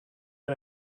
est